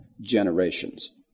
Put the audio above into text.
generations